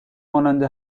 مانند